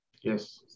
Yes